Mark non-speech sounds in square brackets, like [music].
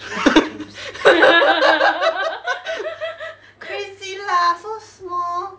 [laughs] crazy lah so small